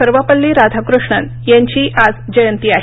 सर्वपल्ली राधाकृष्णन यांची आज जयंती आहे